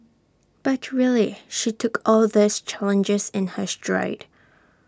but really she took all these challenges in her stride